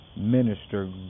minister